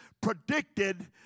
predicted